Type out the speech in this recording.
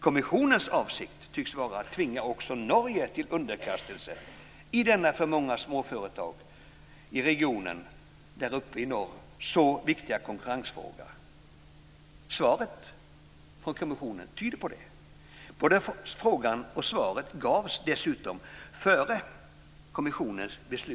Kommissionens avsikt tycks vara att tvinga också Norge till underkastelse i denna för många småföretag i den berörda regionen uppe i norr så viktiga konkurrensfråga. Svaret från kommissionen tyder på det. Både frågan och svaret avgavs dessutom före EU